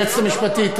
היועצת המשפטית,